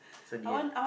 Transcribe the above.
so the end